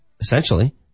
essentially